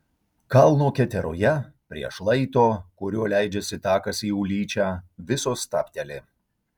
kalno keteroje prie šlaito kuriuo leidžiasi takas į ulyčią visos stabteli